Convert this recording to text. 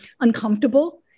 uncomfortable